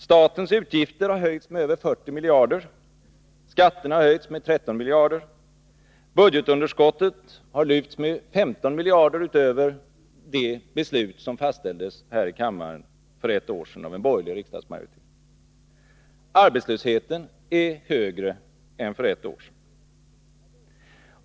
Statens utgifter har höjts med över 40 miljarder, skatterna har höjts med 13 miljarder, och budgetunderskottet har lyfts med 15 miljarder utöver de beslut som fattades här i kammaren för ett år sedan av en borgerlig riksdagsmajoritet. Arbetslösheten är högre än för ett år sedan.